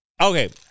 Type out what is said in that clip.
okay